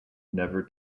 never